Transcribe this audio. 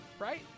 Right